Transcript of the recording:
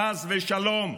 חס ושלום.